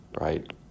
right